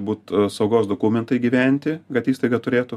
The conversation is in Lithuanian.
būtų saugos dokumentai įgyvendinti kad įstaiga turėtų